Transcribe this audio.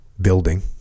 building